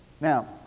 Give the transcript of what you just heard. Now